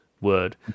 word